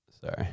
Sorry